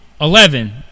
eleven